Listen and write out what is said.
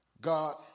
God